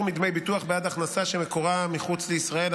מדמי ביטוח בעד הכנסה שמקורה מחוץ לישראל),